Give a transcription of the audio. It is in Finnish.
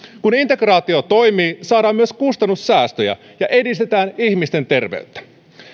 kun integraatio toimii saadaan myös kustannussäästöjä ja edistetään ihmisten terveyttä